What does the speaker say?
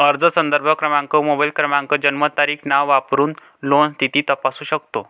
अर्ज संदर्भ क्रमांक, मोबाईल क्रमांक, जन्मतारीख, नाव वापरून लोन स्थिती तपासू शकतो